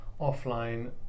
offline